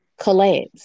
collabs